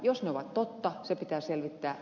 jos ne ovat totta se pitää selvittää